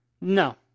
No